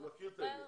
אני מכיר את זה.